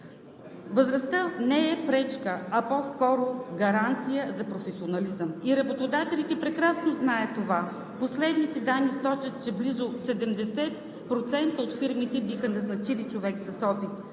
Възрастта не е пречка, а по-скоро гаранция за професионализъм и работодателите прекрасно знаят това. Последните данни сочат, че близо 70% от фирмите биха назначили човек с опит.